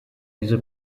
diese